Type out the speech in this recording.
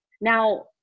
Now